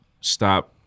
stop